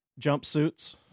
jumpsuits